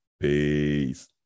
Peace